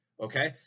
Okay